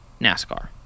NASCAR